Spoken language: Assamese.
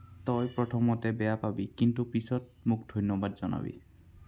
তই প্ৰথমতে বেয়া পাবি কিন্তু পিছত মোক ধন্যবাদ জনাবি